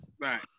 right